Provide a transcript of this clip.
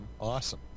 awesome